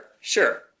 sure